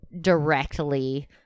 directly